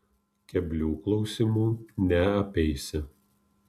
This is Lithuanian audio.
keblių klausimų neapeisi